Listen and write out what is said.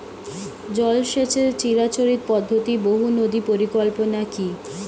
জল সেচের চিরাচরিত পদ্ধতি বহু নদী পরিকল্পনা কি?